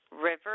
River